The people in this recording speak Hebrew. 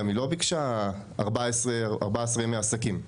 היא גם לא ביקשה 14 ימי עסקים.